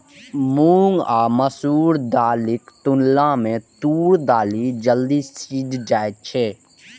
मूंग आ मसूर दालिक तुलना मे तूर दालि जल्दी सीझ जाइ छै